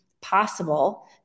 possible